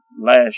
last